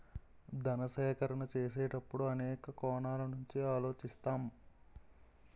ధన సేకరణ చేసేటప్పుడు అనేక కోణాల నుంచి ఆలోచిస్తాం